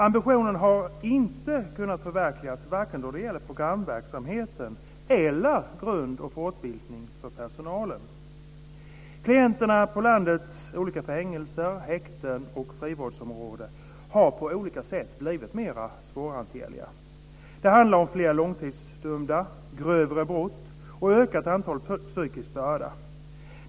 Ambitionen har inte kunnat förverkligas när det gäller vare sig programverksamheten eller grund och fortbildning för personalen. Klienterna på landets olika fängelser, häkten och frivårdsområden har på olika sätt blivit mer svårhanterliga. Det handlar om fler långtidsdömda, grövre brott och ökat antal psykiskt störda.